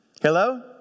Hello